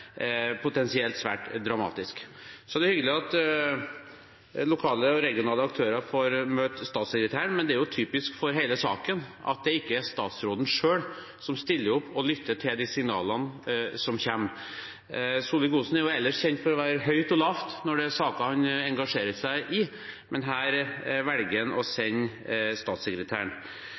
potensielt svært dramatisk. Så er det hyggelig at lokale og regionale aktører får møte statssekretæren, men det er typisk for hele saken at det ikke er statsråden selv som stiller opp og lytter til de signalene som kommer. Solvik-Olsen er jo ellers kjent for å være høyt og lavt når det er saker han engasjerer seg i, men her velger han å sende statssekretæren.